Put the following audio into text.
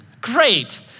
Great